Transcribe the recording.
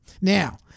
Now